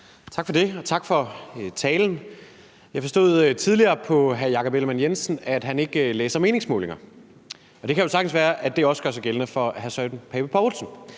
Tak for det, og tak for talen. Jeg forstod tidligere på hr. Jakob Ellemann-Jensen, at han ikke læser meningsmålinger. Det kan jo sagtens være, at det også gør sig gældende for hr. Søren Pape Poulsen,